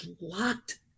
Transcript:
locked